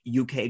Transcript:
UK